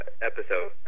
episode